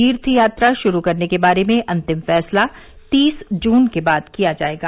तीर्थ यात्रा शुरू करने के बारे में अंतिम फैसला तीस जून के बाद किया जाएगा